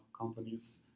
companies